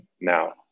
now